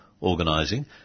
organising